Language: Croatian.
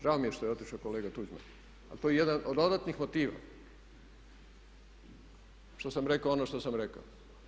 Žao mi je što je otišao kolega Tuđman ali to je jedan od dodatnih motiva što sam rekao ono što sam rekao.